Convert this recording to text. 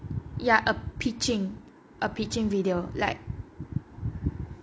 ya a pitching a pitching video